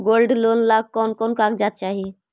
Gold loan ला कौन कौन कागजात चाही?